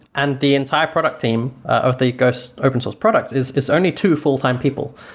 and the entire product team of the ghost open-source product is is only two fulltime people.